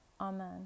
Amen